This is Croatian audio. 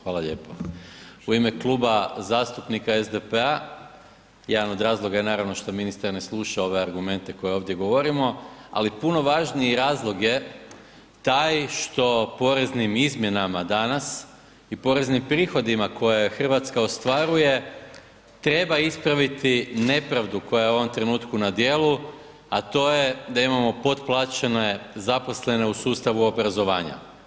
Hvala lijepo, u ime Kluba zastupnika SDP-a, jedan od razloga je naravno što ministar ne sluša ove argumente koje ovdje govorimo ali puno važniji razlog je taj što poreznim izmjenama danas i poreznim prihodima koje Hrvatska ostvaruje, treba ispraviti nepravdu koja je u ovom trenutku na djelu a to je da imamo potplaćene zaposlene u sustavu obrazovanja.